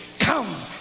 come